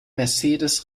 mercedes